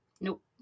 Nope